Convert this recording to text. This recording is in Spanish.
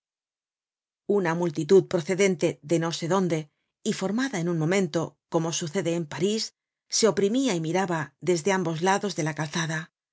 una multitud procedente de no sé dónde y formada en un momento como sucede en parís se oprimia y miraba desde ambos lados de la calzada